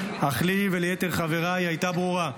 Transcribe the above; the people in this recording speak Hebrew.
אך לי וליתר חבריי היא הייתה ברורה.